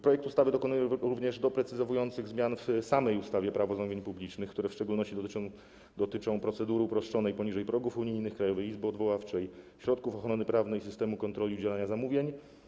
Projekt ustawy dokonuje również doprecyzowujących zmian w samej ustawie - Prawo zamówień publicznych, które w szczególności dotyczą procedury uproszczonej poniżej progów unijnych, Krajowej Izby Odwoławczej, środków ochrony prawnej i systemu kontroli działania zamówień.